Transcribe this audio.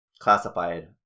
classified